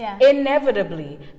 inevitably